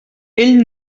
ell